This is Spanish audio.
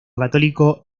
católico